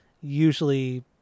usually